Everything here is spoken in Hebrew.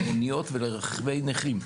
למוניות ולרכבי נכים.